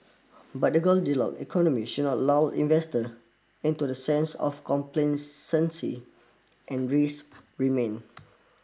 but the Goldilock economy should not lull investor into the sense of and risk remain